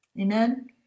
Amen